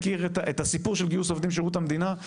מכיר את הסיפור של גיוס עובדים בשירות המדינה.